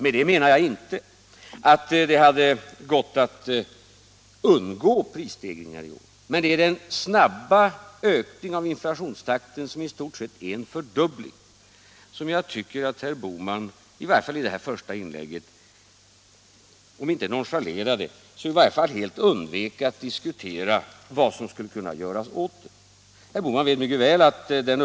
Med det menar jag inte att det hade gått att undgå prisstegringar nu, men jag tycker att herr Bohman i sitt första inlägg om inte nonchalerade så i varje fall helt undvek att diskutera vad som skulle kunna göras åt den snabba ökningen i inflationstakten — i stort sett en fördubbling.